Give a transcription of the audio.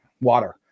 water